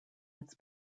its